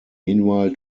meanwhile